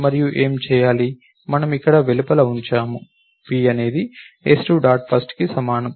మరియు ఏమి చేయాలి మనము ఇక్కడ వెలుపల ఉంచాము p అనేది s2 డాట్ ఫస్ట్ కి సమానం